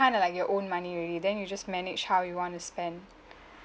kind of like your own money already then you just manage how you want to spend